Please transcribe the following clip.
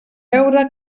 veure